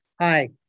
hi